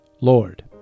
Lord